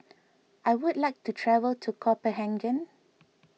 I would like to travel to Copenhagen